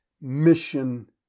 mission